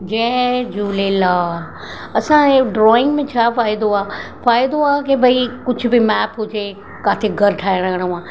जय झूलेलाल असां ऐं ड्राइंग में छा फ़ाइदो आहे फ़ाइदो आहे की भई कुझु बि मैप हुजे किथे घरु ठहिराइणो आहे